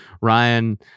Ryan